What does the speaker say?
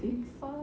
twenty four